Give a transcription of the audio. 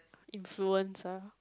influence ah